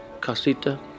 casita